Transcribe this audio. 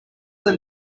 them